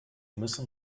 müssen